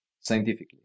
scientifically